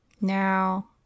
now